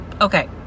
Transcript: Okay